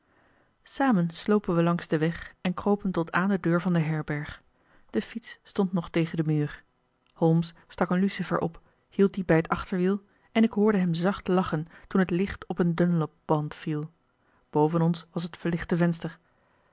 samen slopen wij langs den weg en kropen tot aan de deur van de herberg de fiets stond nog tegen den muur holmes stak een lucifer op hield dien bij het achterwiel en ik hoorde hem zacht lachen toen het licht op een dunlopband viel boven ons was het verlichte venster